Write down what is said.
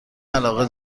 علاقه